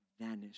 vanished